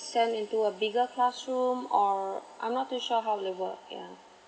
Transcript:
send into a bigger classroom or I'm not too sure how would it work yeah